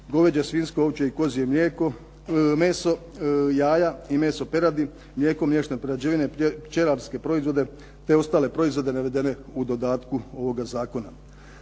goveđe, svinjsko, ovčje i kozje meso, jaja i meso preradi, mlijeko i mliječne prerađevine, pčelarske proizvode te ostale proizvode navedene u dodatku ovoga zakona.